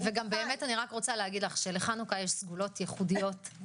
לחנוכה יש סגולות ייחודיות,